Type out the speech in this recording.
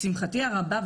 לשמחתי הרבה,